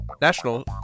National